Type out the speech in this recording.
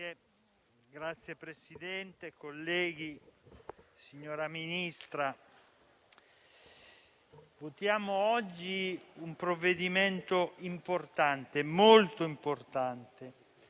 Signor Presidente, onorevoli colleghi, signora Ministra, votiamo oggi un provvedimento importante, molto importante,